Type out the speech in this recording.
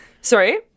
Sorry